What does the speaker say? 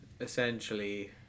essentially